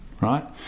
right